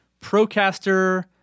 Procaster